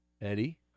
Eddie